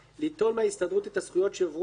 ליטול מההסתדרות את הזכויות שהועברו לה מהממונה,